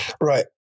Right